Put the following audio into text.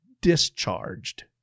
discharged